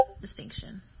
distinction